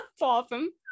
awesome